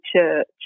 church